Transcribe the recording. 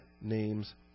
name's